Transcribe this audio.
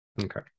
Okay